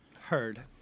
Heard